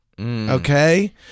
Okay